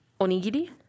Onigiri